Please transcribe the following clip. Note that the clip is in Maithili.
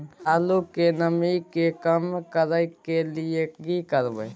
आलू के नमी के कम करय के लिये की करबै?